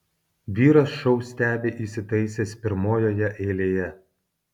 vyras šou stebi įsitaisęs pirmojoje eilėje